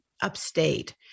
upstate